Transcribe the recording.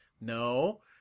no